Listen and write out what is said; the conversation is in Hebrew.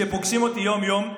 שפוגשים אותי יום-יום,